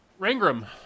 Rangram